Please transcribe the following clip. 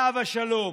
עליו השלום: